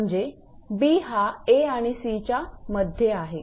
म्हणजे 𝑏 हा 𝑎 आणि 𝑐 च्यामध्ये आहे